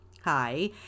Hi